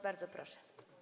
Bardzo proszę.